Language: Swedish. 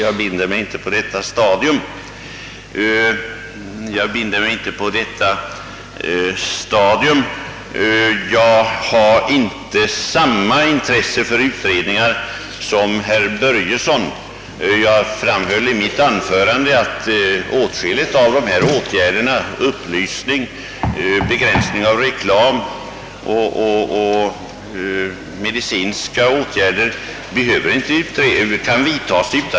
Jag binder mig inte på detta stadium. Jag har inte samma intresse för utredningar som herr Börjesson. Jag framhöll, i mitt anförande att för att genomföra dessa åtgärder: upplysning, begränsning av reklam och medicinska åtgärder, behövs det egentligen inte någon ut redning.